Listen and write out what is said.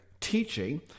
teaching